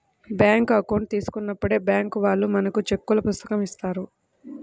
bank account తీసుకున్నప్పుడే bank వాళ్ళు మనకు చెక్కుల పుస్తకం ఇత్తారు